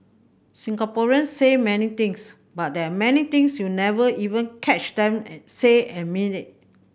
Singaporeans say many things but there are many things you never even catch them say and mean it